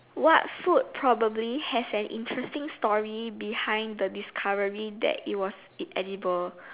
what food probably has an interesting story behind the discovery that it was it edible